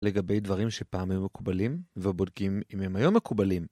לגבי דברים שפעם היו מקובלים, ובודקים אם הם היום מקובלים.